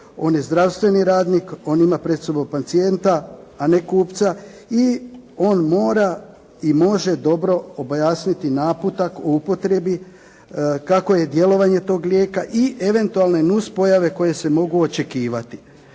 on je zdravstveni radnik, on ima pred sobom pacijenta, a ne kupca i on mora i može dobro objasniti naputak o upotrebi kako je djelovanje tog lijeka i eventualne nuspojave koje se mogu očekivati.